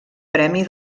premi